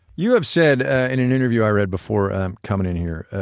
you have said ah in an interview i read before coming in here,